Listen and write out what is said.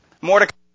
Mordecai